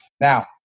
Now